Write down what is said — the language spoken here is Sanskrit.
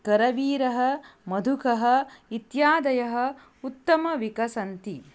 करवीरः मधुकः इत्यादयः उत्तमविकसन्ति